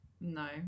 no